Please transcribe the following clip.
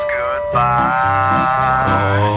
goodbye